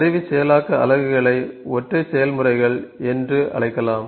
கருவி செயலாக்க அலகுகளை ஒற்றை செயல்முறைகள் என்று அழைக்கலாம்